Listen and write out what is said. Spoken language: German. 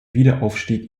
wiederaufstieg